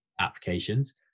applications